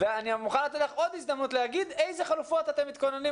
אני מוכן לתת לך עוד הזדמנות להגיד איזה חלופות אתם מתכוננים